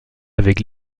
avec